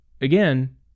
again